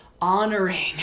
honoring